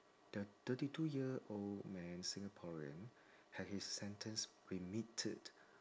thi~ thirty two year old man singaporean had his sentence remitted